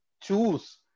choose